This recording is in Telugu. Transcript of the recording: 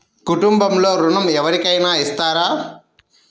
కుటుంబంలో ఋణం ఎవరికైనా ఇస్తారా?